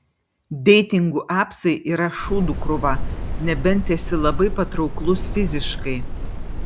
deitingų apsai yra šūdų krūva nebent esi labai patrauklus fiziškai